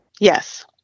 Yes